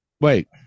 Wait